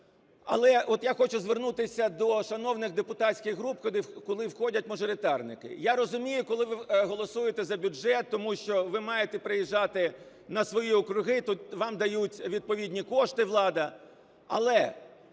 Але от я хочу звернутися до шановних депутатських групи, куди входять мажоритарники. Я розумію, коли ви голосуєте за бюджет, тому що ви маєте приїжджати на свої округи, тут вам дають відповідні кошти, влада. Але